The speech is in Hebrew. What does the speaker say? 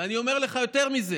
ואני אומר לך יותר מזה: